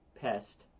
Pest